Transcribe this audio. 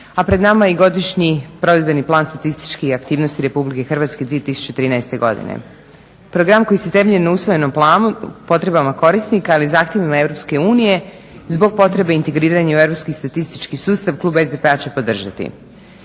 a pred nama je i godišnji provedbeni plan statističkih aktivnosti RH 2013.godine. Program koji se temelji na usvojenom planu potrebama korisnika ali i zahtjevima EU zbog potrebe integriranja u europski statistički sustav klub SDP-a će podržati.